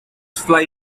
fly